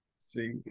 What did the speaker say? See